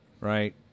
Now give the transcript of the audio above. right